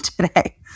today